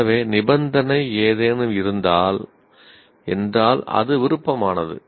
எனவே நிபந்தனை 'ஏதேனும் இருந்தால்' என்றால் அது விருப்பமானது